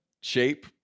shape